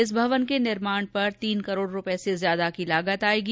इस भवन के निर्माण पर तीन करोड़ रूपये की लागत आयेगी